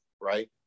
Right